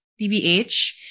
DBH